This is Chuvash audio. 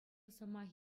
сӑмах